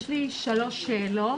יש לי שלוש שאלות: